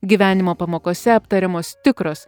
gyvenimo pamokose aptariamos tikros